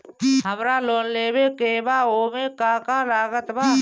हमरा लोन लेवे के बा ओमे का का लागत बा?